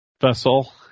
vessel